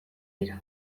dira